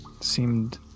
seemed